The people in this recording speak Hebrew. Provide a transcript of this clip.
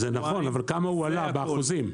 זה הכול.